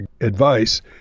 advice